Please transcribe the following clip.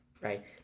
right